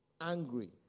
angry